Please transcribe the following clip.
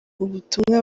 butumwa